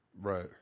right